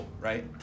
right